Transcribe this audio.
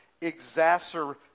exacerbate